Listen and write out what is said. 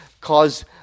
cause